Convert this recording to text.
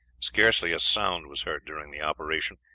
scarcely a sound was heard during the operation.